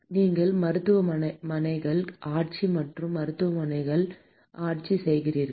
மாணவர் நீங்கள் மருத்துவமனைகள் ஆட்சி மற்றும் மருத்துவமனைகள் ஆட்சி செய்கிறீர்கள்